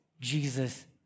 Jesus